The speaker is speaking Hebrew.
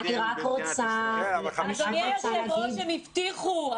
אני רק רוצה -- אדוני היו"ר הם הבטיחו!